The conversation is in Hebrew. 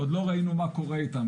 עוד לא ראינו מה קורה איתם,